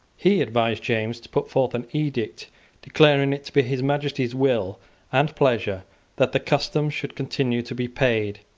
he advised james to put forth an edict declaring it to be his majesty's will and pleasure that the customs should continue to be paid.